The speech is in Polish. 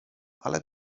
ale